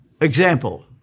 Example